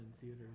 theater